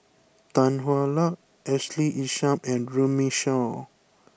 Tan Hwa Luck Ashley Isham and Runme Shaw